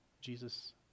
Jesus